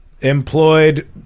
employed